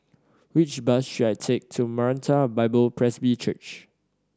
which bus should I take to Maranatha Bible Presby Church